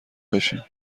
بشیم